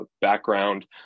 background